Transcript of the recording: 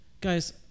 Guys